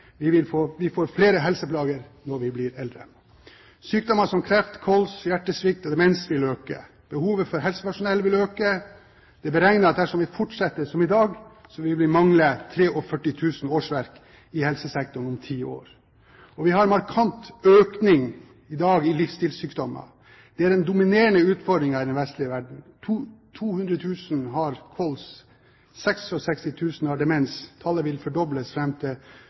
Vi får flere helseplager når vi blir eldre. Sykdommer som kreft, kols, hjertesvikt og demens vil øke i omfang. Behovet for helsepersonell vil øke. Det er beregnet at dersom det fortsetter som i dag, vil vi om ti år mangle 43 000 årsverk i helsesektoren. Vi har i dag en markant økning i livsstilssykdommer. Det er den dominerende utfordringen i den vestlige verden. 200 000 nordmenn har kols, 66 000 har demens – tallet vil fordobles fram til